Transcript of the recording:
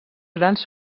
grans